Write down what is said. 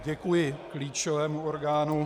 Děkuji klíčovému orgánu.